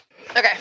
Okay